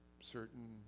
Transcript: certain